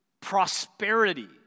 prosperity